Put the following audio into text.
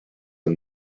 and